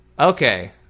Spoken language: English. Okay